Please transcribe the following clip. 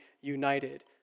united